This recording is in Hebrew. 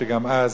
שגם אז